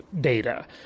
data